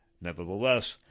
Nevertheless